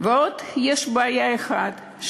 ועוד יש בעיה אחת,